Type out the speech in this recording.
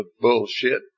bullshit